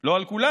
לא על כולם,